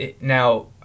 Now